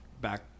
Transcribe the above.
Back